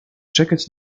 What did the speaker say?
czekać